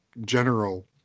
general